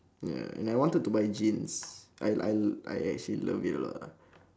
ya and I wanted to buy jeans I I I actually love it a lot ah